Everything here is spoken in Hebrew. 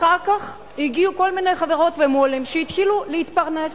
אחר כך הגיעו כל מיני חברות ומו"לים שהתחילו להתפרנס.